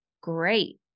Great